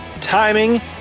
timing